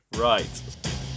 Right